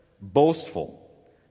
boastful